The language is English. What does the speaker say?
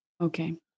Okay